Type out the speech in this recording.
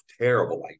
terrible